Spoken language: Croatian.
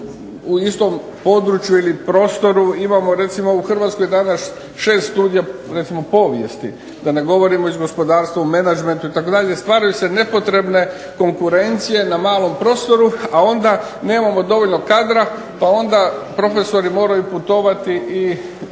u istom području ili prostoru, imamo recimo ovu Hrvatsku i danas …/Ne razumije se./… recimo povijesti, da ne govorimo iz gospodarstva u menadžmentu, itd. Stvaraju se nepotrebne konkurencije na malom prostoru, a onda nemamo dovoljno kadra, pa onda profesori moraju putovati i